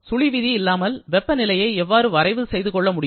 சுழி விதி இல்லாமல் வெப்பநிலையை எவ்வாறு வரைவு செய்ய முடியும்